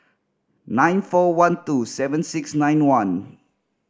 nine four one two seven six nine one